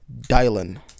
Dylan